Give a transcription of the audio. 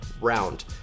round